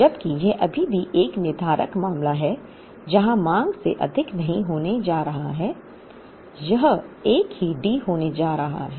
जबकि यह अभी भी एक निर्धारक मामला है जहां मांग से अधिक नहीं होने जा रहा है यह एक ही D होने जा रहा है